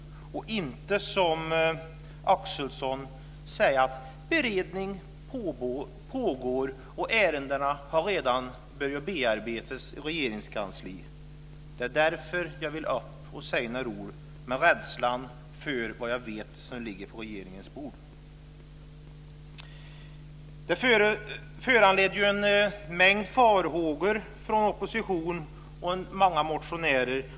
Jag säger inte, som Axelsson, att beredning pågår och att ärendena redan har börjat bearbetas i Regeringskansliet. Det är därför jag vill gå upp och säga några ord, med tanke på rädslan för det jag vet ligger på regeringens bord. Det här föranleder en mängd farhågor från oppositionen, och det finns många motionärer.